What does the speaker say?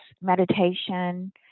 meditation